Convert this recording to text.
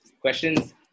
questions